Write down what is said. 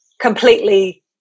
completely